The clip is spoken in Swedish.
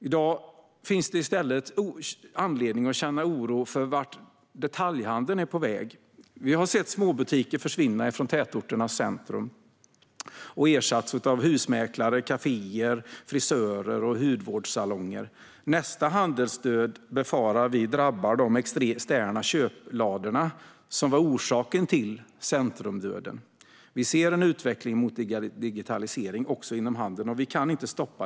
I dag finns det i stället anledning att känna oro för vart detaljhandeln är på väg. Vi har sett småbutiker försvinna från tätorternas centrum och ersättas av husmäklare, kaféer, frisörer och hudvårdssalonger. Nästa handelsdöd befarar vi ska drabba de externa köplador som var orsaken till centrumdöden. Vi ser en utveckling mot digitalisering också inom handeln. Den kan vi inte stoppa.